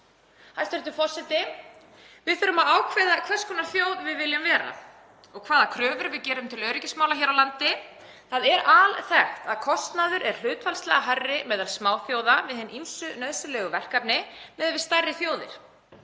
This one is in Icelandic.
Hæstv. forseti. Við þurfum að ákveða hvers konar þjóð við viljum vera og hvaða kröfur við gerum til öryggismála hér á landi. Það er alþekkt að kostnaður er hlutfallslega hærri meðal smáþjóða við hin ýmsu nauðsynlegu verkefni miðað við stærri þjóðir.